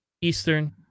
Eastern